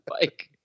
bike